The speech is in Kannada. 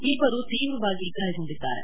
ಇಬ್ಬರು ತೀವ್ರವಾಗಿ ಗಾಯಗೊಂಡಿದ್ದಾರೆ